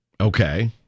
Okay